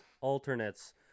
alternates